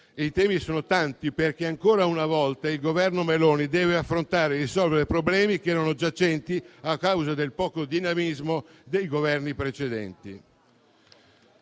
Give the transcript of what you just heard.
I temi sono tanti, perché ancora una volta il Governo Meloni deve affrontare e risolvere problemi che erano giacenti a causa del poco dinamismo dei Governi precedenti.